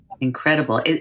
Incredible